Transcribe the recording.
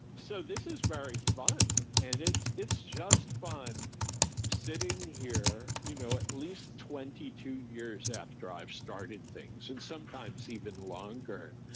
so this is very fun and it's it's just fun sitting here, you know at least twenty two years after i've started things, and sometimes even longer,